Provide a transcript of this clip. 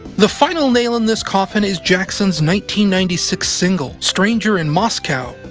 the final nail in this coffin is jackson's ninety ninety six single, stranger in moscow,